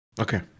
Okay